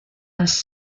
has